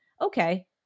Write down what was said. Okay